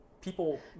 people